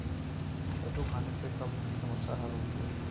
कद्दू खाने से कब्ज़ की समस्याए हल होती है